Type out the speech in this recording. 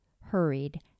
hurried